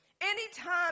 Anytime